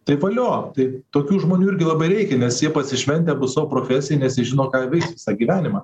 tai valio tai tokių žmonių irgi labai reikia nes jie pasišventę savo profesijai nes jie žino ką jie veiks visą gyvenimą